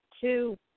two